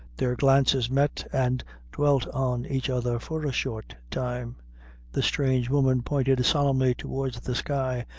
their glances met and dwelt on each other for a short time the strange woman pointed solemnly towards the sky,